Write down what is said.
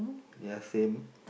ya same